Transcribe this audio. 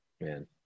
man